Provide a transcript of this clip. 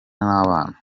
n’abana